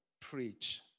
preach